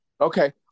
Okay